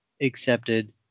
accepted